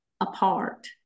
apart